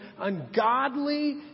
ungodly